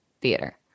theater